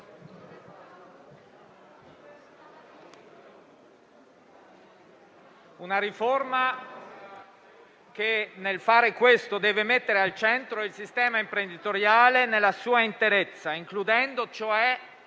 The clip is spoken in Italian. una riforma che, nel fare questo, deve mettere al centro il sistema imprenditoriale nella sua interezza, includendo cioè